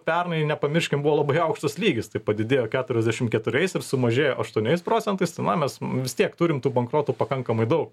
pernai nepamirškim buvo labai aukštas lygis tai padidėjo keturiasdešim keturiais ir sumažėjo aštuoniais procentais tai na mes vis tiek turim tų bankrotų pakankamai daug